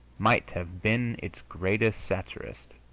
might have been its greatest satirist.